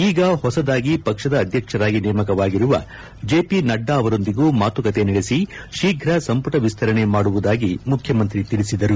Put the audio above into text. ಈಗ ಹೊಸದಾಗಿ ಪಕ್ಷದ ಅಧ್ಯಕ್ಷರಾಗಿ ನೇಮಕವಾಗಿರುವ ಜೆ ಪಿ ನಡ್ಡಾ ಅವರೊಂದಿಗೂ ಮಾತುಕತೆ ನಡೆಸಿ ಶೀಘ್ರ ಸಂಪುಟ ವಿಸ್ತರಣೆ ಮಾಡುವುದಾಗಿ ಮುಖ್ಯಮಂತ್ರಿ ತಿಳಿಸಿದರು